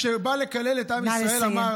כשבא לקלל את עם ישראל, אמר, נא לסיים.